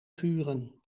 vuren